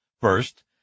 First